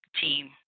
team